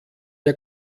der